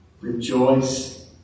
rejoice